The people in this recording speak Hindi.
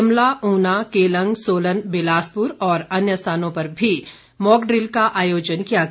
शिमला ऊना केलंग सोलन बिलासपुर और अन्य स्थानों पर भी मॉकड़िल का आयोजन किया गया